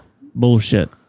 Bullshit